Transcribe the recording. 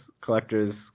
Collectors